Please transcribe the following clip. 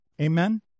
amen